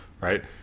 right